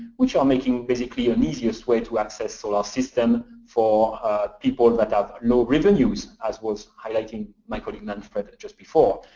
which are making basically an easiest way to access solar system for people that have low revenues, as was highlighted by my colleague manfred just before.